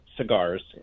cigars